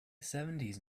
seventies